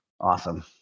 Awesome